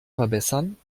verbessern